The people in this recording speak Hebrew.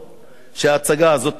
שההצגה הזאת תהיה כאן.